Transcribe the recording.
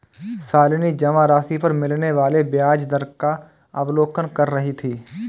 शालिनी जमा राशि पर मिलने वाले ब्याज दर का अवलोकन कर रही थी